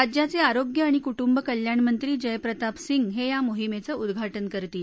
राज्याचे आरोग्य आणि कुटुंब कल्याणमंत्री जय प्रताप सिंग हे या मोहीमेचं उद्घाटन करतील